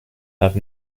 have